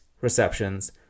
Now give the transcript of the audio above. receptions